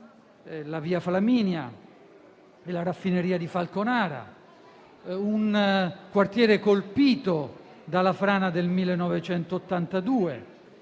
la via Flaminia e la raffineria di Falconara, un quartiere colpito dalla frana del 1982